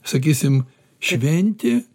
sakysim šventė